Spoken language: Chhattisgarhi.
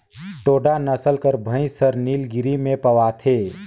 टोडा नसल कर भंइस हर नीलगिरी में पवाथे